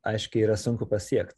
aiškiai yra sunku pasiekt